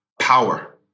power